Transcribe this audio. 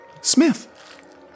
Smith